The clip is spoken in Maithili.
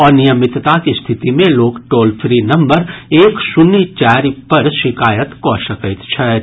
अनियमितताक स्थिति मे लोक टोल फ्री नम्बर एक शून्य चारि पर शिकायत कऽ सकैत छथि